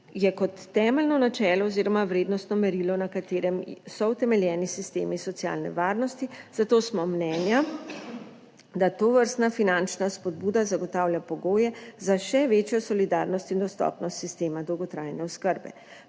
je kot temeljno načelo oziroma vrednostno merilo, na katerem so utemeljeni sistemi socialne varnosti, zato smo mnenja, da tovrstna finančna spodbuda zagotavlja pogoje za še večjo solidarnost in dostopnost sistema dolgotrajne oskrbe.